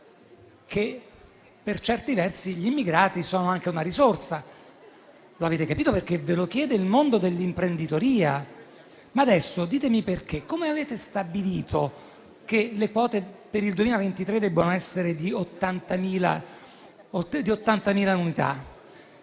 che, per certi versi, gli immigrati sono anche una risorsa. Lo avete capito, perché ve lo chiede il mondo dell'imprenditoria. Adesso ditemi perché: onorevoli colleghi, come avete stabilito che le quote, per il 2023, debbano essere di 80.000 unità.